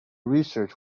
research